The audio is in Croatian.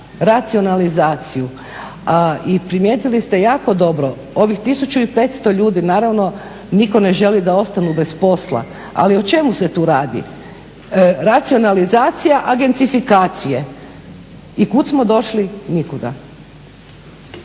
racionalizaciju. I primijetili ste jako dobro, ovih 1500 ljudi, naravno niko ne želi da ostanu bez posla, ali o čemu se tu radi? Racionalizacija agencifikacije i kud smo došli, nikuda.